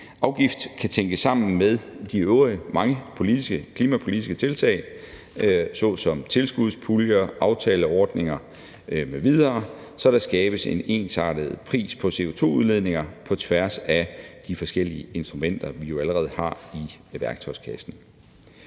afgift kan tænkes sammen med de øvrige mange politiske og klimapolitiske tiltag såsom tilskudspuljer, aftaleordninger m.v., så der skabes en ensartet pris på CO2-udledninger på tværs af de forskellige redskaber, vi allerede har i værktøjskassen.